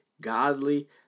godly